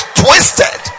twisted